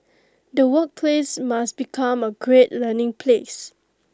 the workplace must become A great learning place